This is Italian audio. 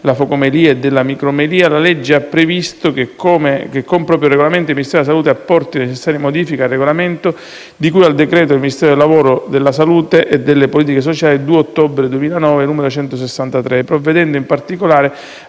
della focomelia e della micromelia, la legge ha previsto che, con proprio regolamento, il Ministro della salute apporti le necessarie modifiche al regolamento di cui al decreto del Ministro del lavoro, della salute e delle politiche sociali n. 163 del 2 ottobre 2009, provvedendo in particolare